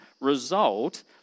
result